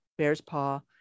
Bearspaw